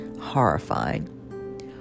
horrifying